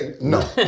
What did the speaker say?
No